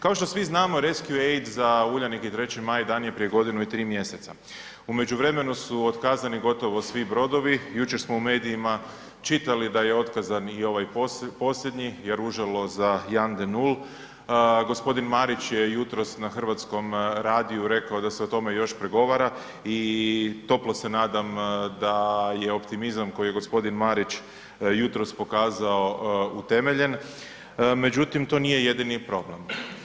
Kao što svi znamo rescue aid za Uljanik i 3. maj dan je prije godinu i 3 mjeseca, u međuvremenu su otkazani gotovo svi brodovi, jučer smo u medijima čitali da je otkazan i ovaj posljednji jaružilo za Jan de Nul, gospodin Marić je jutros na Hrvatskom radiju rekao da se o tome još pregovara i toplo se nadam da je optimizam koji je gospodin Marić jutros pokazao utemeljen, međutim to nije jedini problem.